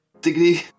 degree